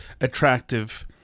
attractive